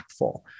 impactful